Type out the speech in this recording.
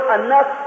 enough